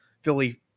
Philly